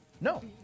No